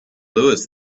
louis